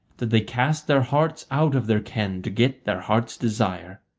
that they cast their hearts out of their ken to get their heart's desire.